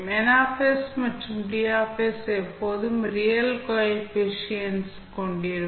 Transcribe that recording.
N மற்றும் D எப்போதும் real coefficients கொண்டிருக்கும்